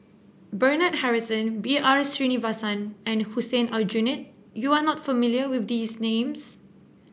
Bernard Harrison B R Sreenivasan and Hussein Aljunied you are not familiar with these names